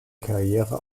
karriere